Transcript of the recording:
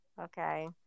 Okay